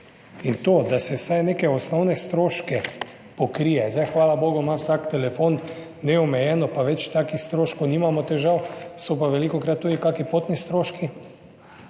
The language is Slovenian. in to, da se vsaj neke osnovne stroške pokrije, zdaj, hvala bogu, ima vsak telefon neomejeno, pa več takih stroškov, nimamo težav, so pa velikokrat tudi kakšni potni stroški,